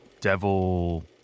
Devil